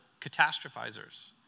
catastrophizers